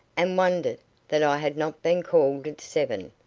and wondered that i had not been called at seven.